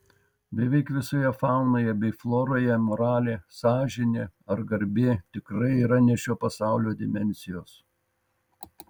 beveik visoje faunoje bei floroje moralė sąžinė ar garbė tikrai yra ne šio pasaulio dimensijos